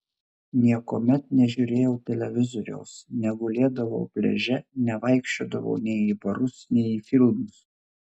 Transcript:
niekuomet nežiūrėjau televizoriaus negulėdavau pliaže nevaikščiodavau nei į barus nei į filmus